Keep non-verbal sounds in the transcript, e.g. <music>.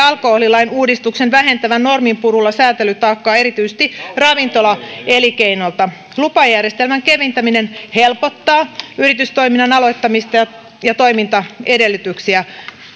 <unintelligible> alkoholilain uudistuksen vähentävän norminpurulla säätelytaakkaa erityisesti ravintolaelinkeinolta lupajärjestelmän keventäminen helpottaa yritystoiminnan aloittamista ja ja toimintaedellytyksiä